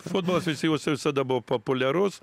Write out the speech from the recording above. futbolas veisiejuose visada buvo populiarus